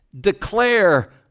declare